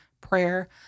prayer